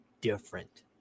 different